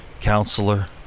counselor